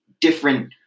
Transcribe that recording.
different